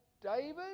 David